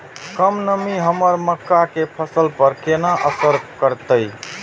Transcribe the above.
कम नमी हमर मक्का के फसल पर केना असर करतय?